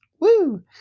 woo